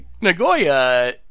Nagoya